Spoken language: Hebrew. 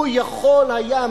הוא יכול היה,